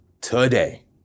today